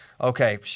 Okay